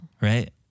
Right